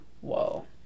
whoa